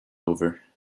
over